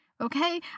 okay